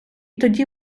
тоді